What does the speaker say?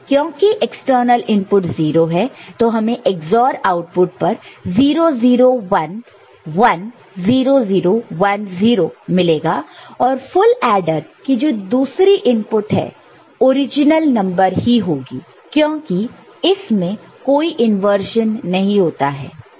क्योंकि external input 0 है तो हमें XOR आउटपुट पर 0 0 1 1 0 0 1 0 मिलेगा और फुल एडर कि जो दूसरी इनपुट है ओरिजिनल नंबर ही होगी क्योंकि इसमें कोई इंवर्जन नहीं होता है